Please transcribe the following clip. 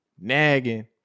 nagging